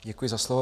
Děkuji za slovo.